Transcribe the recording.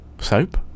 Soap